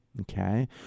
Okay